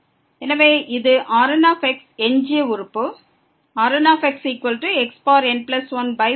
எனவே இது Rn எஞ்சிய உறுப்பு Rnxxn1n1